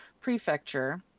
Prefecture